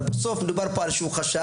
אבל בסוף מדובר פה על איזה שהוא חשש.